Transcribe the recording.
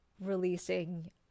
releasing